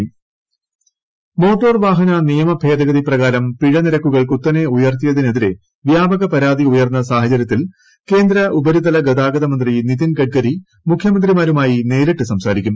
motor വാഹന നിയമഭേദഗതി motor വാഹന നിയമഭേദഗതി പ്രകാരം പിഴ നിരക്കുകൾ കുത്തനെ ഉയർത്തിയതിനെതിരെ വ്യാപക പരാതി ഉയർന്ന സാഹചര്യത്തിൽ കേന്ദ്ര ഉപരിതല ഗതാഗത മന്ത്രി നിതിൻ ഗഡ്കരി മുഖ്യമന്ത്രിമാരുമായി ഇന്ന് നേരിട്ട് സംസാരിക്കും